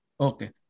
Okay